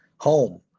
home